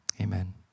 amen